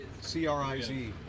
C-R-I-Z